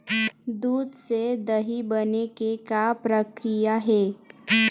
दूध से दही बने के का प्रक्रिया हे?